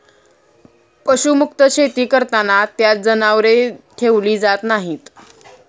पशुमुक्त शेती करताना त्यात जनावरे ठेवली जात नाहीत